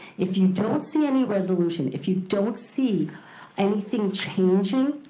if you don't see any resolution, if you don't see anything changing,